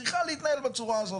צריכה להתנהל בצורה הזאת.